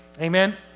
Amen